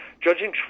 Judging